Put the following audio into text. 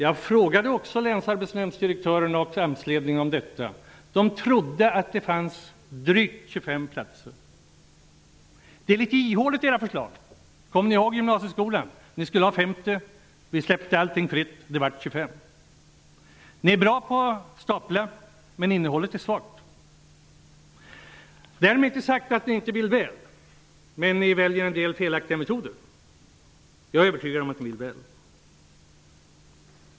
Jag frågade länsarbetsdirektörerna och AMS-ledningen också om detta. De trodde att det fanns drygt 25 000 platser. Era förslag är litet ihåliga. Kommer ni ihåg gymnasieskolan? Ni skulle ha 50 000 platser och släppte allting fritt. Det blev bara 25 000. Ni är bra på att stapla förslag, men innehållet är svagt. Därmed är inte sagt att ni inte vill väl, men ni väljer en del felaktiga metoder.